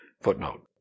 Footnote